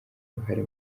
uruhare